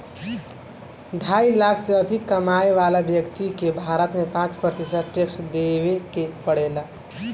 ढाई लाख से अधिक कमाए वाला व्यक्ति के भारत में पाँच प्रतिशत टैक्स देवे के पड़ेला